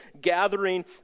gathering